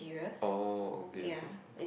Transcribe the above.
oh okay okay